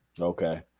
okay